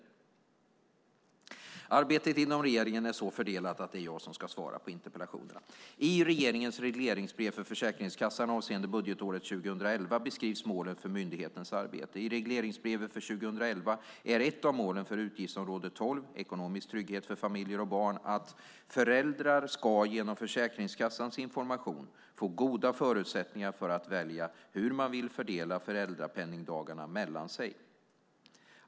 Arbetet inom regeringen är så fördelat att det är jag som ska svara på interpellationen. I regeringens regleringsbrev till Försäkringskassan avseende budgetåret 2011 beskrivs målen för myndighetens arbete. I regleringsbrevet för 2011 är ett av målen för utgiftsområde 12 Ekonomisk trygghet för familjer och barn att "föräldrar ska genom Försäkringskassans information få goda förutsättningar för att välja hur man vill fördela föräldrapenningdagarna mellan sig".